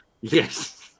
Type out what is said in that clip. Yes